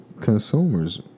consumers